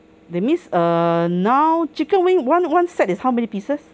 that means err now chicken wing one one set is how many pieces